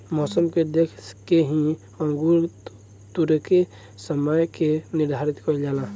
मौसम के देख के ही अंगूर तुरेके के समय के निर्धारित कईल जाला